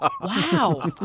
Wow